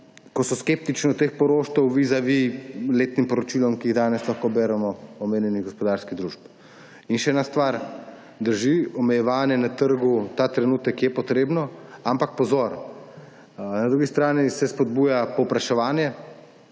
ko so skeptični do poroštev vizavi letnim poročilom, ki jih danes lahko beremo, omenjenih gospodarskih družb. In še ena stvar drži. Omejevanje na trgu je ta trenutek potrebno. Ampak pozor! Na drugi strani pa se spodbuja povpraševanje,